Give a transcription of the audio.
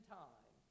time